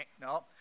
no